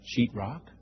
sheetrock